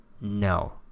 no